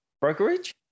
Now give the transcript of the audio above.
Brokerage